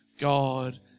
God